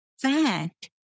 fact